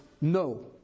no